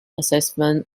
assessment